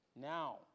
now